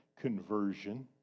conversion